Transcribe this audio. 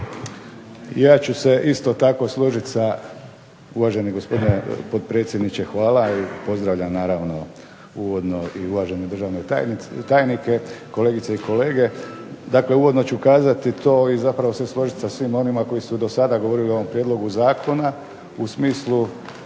ja ću se isto tako složiti sa, uvaženi gospodine potpredsjedniče hvala, naravno uvodno i državne tajnike, uvažene kolege. Dakle, uvodno ću kazati to i zapravo se složiti sa svima onima koji su govorili o ovom Prijedlogu zakona u smislu